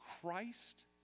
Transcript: Christ